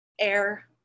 air